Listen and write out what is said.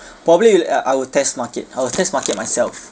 probably will uh I will test market I will test market myself